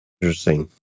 Interesting